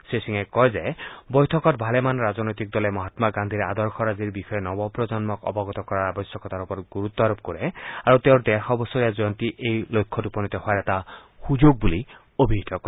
শ্ৰীসিঙে কয় ভালেমান ৰাজনৈতিক দলে মহাম্মা গান্ধীৰ আদৰ্শৰাজিৰ বিষয়ে নৱপ্ৰজন্মক অৱগত কৰাৰ আৱশ্যকতাৰ ওপৰত গুৰুত্ব আৰোপ কৰে আৰু তেওঁৰ ডেৰশ বছৰীয়া জয়ন্তী এই লক্ষ্যত উপনীত হোৱাৰ এটা সুযোগ বুলি অভিহিত কৰে